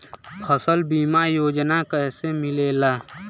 फसल बीमा योजना कैसे मिलेला?